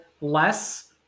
less